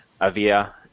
Avia